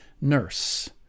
Nurse